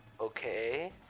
Okay